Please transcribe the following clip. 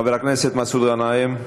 חבר הכנסת מסעוד גנאים,